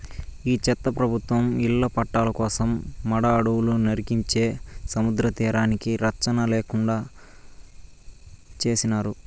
ఈ చెత్త ప్రభుత్వం ఇళ్ల పట్టాల కోసం మడ అడవులు నరికించే సముద్రతీరానికి రచ్చన లేకుండా చేసినారు